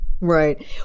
Right